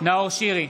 נאור שירי,